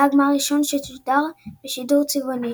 היה הגמר הראשון ששודר בשידור צבעוני.